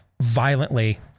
violently